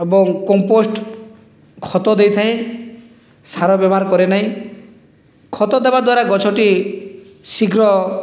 ଏବଂ କମ୍ପୋଷ୍ଟ ଖତ ଦେଇଥାଏ ସାର ବ୍ୟବହାର କରେ ନାହିଁ ଖତ ଦେବା ଦ୍ଵାରା ଗଛଟି ଶୀଘ୍ର